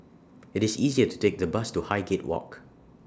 IT IS easier to Take The Bus to Highgate Walk